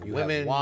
women